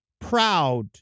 proud